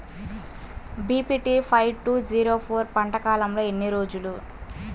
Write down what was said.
BPT five two zero four పంట కాలంలో ఎన్ని రోజులు?